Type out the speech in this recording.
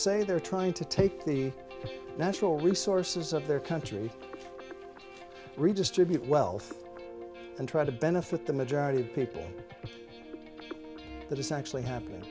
say they're trying to take the natural resources of their country redistribute wealth and try to benefit the majority of people that it's actually happen